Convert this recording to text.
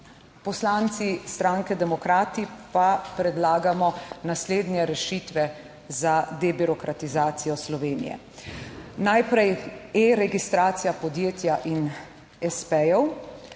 poslanci stranke Demokrati pa predlagamo naslednje rešitve za debirokratizacijo Slovenije. Najprej e-registracija podjetja in s. p.-jev.